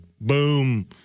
boom